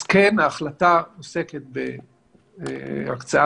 אז כן ההחלטה עוסקת בהקצאת